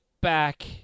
back